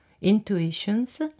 intuitions